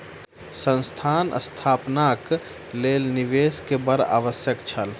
संस्थान स्थापनाक लेल निवेश के बड़ आवश्यक छल